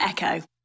Echo